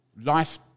life